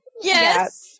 Yes